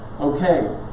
Okay